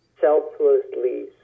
selflessly